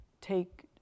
take